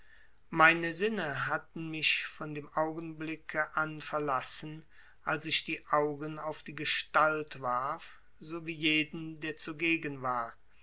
meine sinne hatten mich von dem augenblicke an verlassen als ich die augen auf die gestalt warf so wie jeden der zugegen war